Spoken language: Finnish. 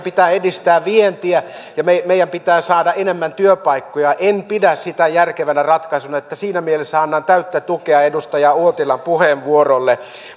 pitää edistää vientiä ja meidän pitää saada enemmän työpaikkoja en pidä sitä järkevänä ratkaisuna siinä mielessä annan täyttä tukea edustaja uotilan puheenvuorolle